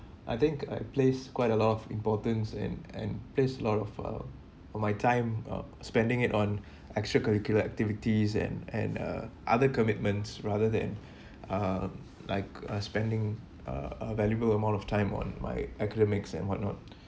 I think I place quite a lot of importance and and place a lot of uh of my time uh spending it on extra curricular activities and and uh other commitments rather than uh like uh spending uh a valuable amount of time on my academics and what not